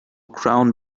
crown